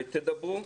תדברו.